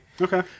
Okay